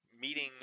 meeting